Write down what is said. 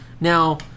Now